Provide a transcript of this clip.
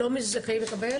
לא זוכים לקבל?